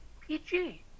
PG